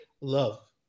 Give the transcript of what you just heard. love